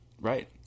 Right